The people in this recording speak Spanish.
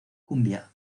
cumbia